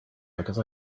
because